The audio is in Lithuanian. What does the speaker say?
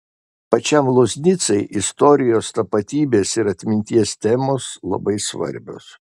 pačiam loznicai istorijos tapatybės ir atminties temos labai svarbios